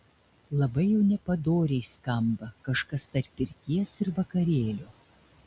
labai jau nepadoriai skamba kažkas tarp pirties ir vakarėlio